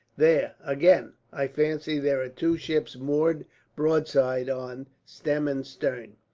there, again! i fancy there are two ships moored broadside on, stem and stern.